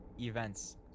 events